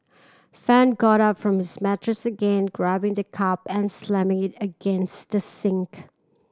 fan got up from his mattress again grabbing the cup and slamming it against the sink